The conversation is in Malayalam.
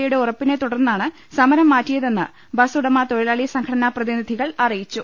എ യുടെ ഉറപ്പിനെ ത്തുടർന്നാണ് സമരം മാറ്റിയതെന്ന് ബസ് ഉടമ തൊഴിലാളി സംഘടനാ പ്രതിനിധികൾ അറിയിച്ചു